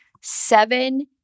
seven